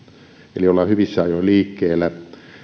eli ollaan hyvissä ajoin liikkeellä